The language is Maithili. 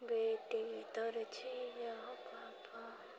बेटी तोर छिअह पापा